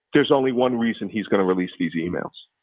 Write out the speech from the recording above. there's only one reason he's going to release these emails.